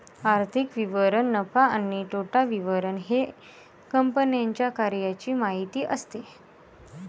आर्थिक विवरण नफा आणि तोटा विवरण हे कंपन्यांच्या कार्याची माहिती असते